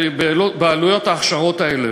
בעלויות ההכשרות האלה.